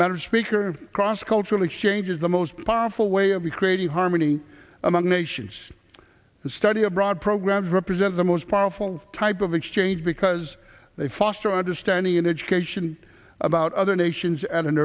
maker cross cultural exchange is the most powerful way of recreating harmony among nations who study abroad programs represent the most powerful type of exchange because they foster understanding in education about other nations a